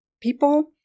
people